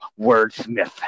wordsmith